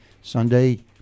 Sunday